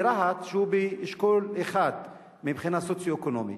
היישוב רהט הוא באשכול 1 מבחינה סוציו-אקונומית.